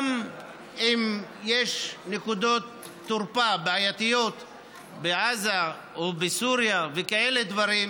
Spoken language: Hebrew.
וגם אם יש נקודות תורפה בעייתיות בעזה או בסוריה וכאלה דברים,